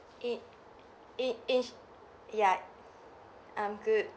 it it is ya I'm good